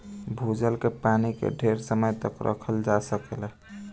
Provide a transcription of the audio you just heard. भूजल के पानी के ढेर समय तक रखल जा सकेला